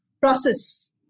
process